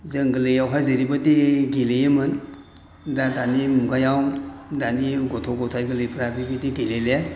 जों गोरलैयावहाय जेरैबायदि गेलेयोमोन दा दानि मुगायाव दानि गथ' गथाय गोरलैफोरा बेबायदि गेलेलिया